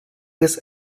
was